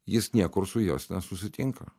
jis niekur su jos nesusitinka